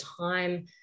time